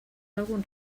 algun